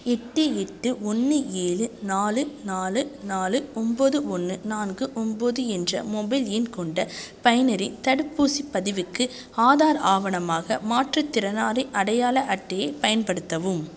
எட்டு எட்டு ஒன்று ஏழு நாலு நாலு நாலு ஒம்பது ஒன்று நான்கு ஒம்பது என்ற மொபைல் எண் கொண்ட பயனரின் தடுப்பூசிப் பதிவுக்கு ஆதார் ஆவணமாக மாற்றுத்திறனாளி அடையாள அட்டையை பயன்படுத்தவும்